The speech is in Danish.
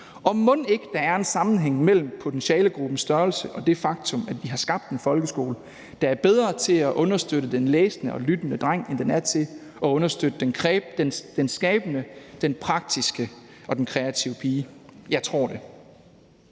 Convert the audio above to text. Mon ikke der er en sammenhæng mellem potentialegruppens størrelse og det faktum, at vi har skabt en folkeskole, der er bedre til at understøtte den læsende og lyttende dreng, end den er til at understøtte den skabende, den praktiske og den kreative pige. Jeg tror det.